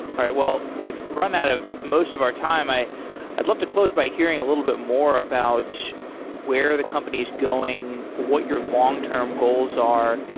all right, well we've run out of most of our time. i'd love to close by hearing a little bit more about where the company is going, what your long-term goals are,